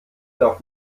darf